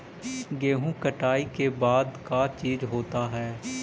गेहूं कटाई के बाद का चीज होता है?